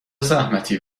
زحمتی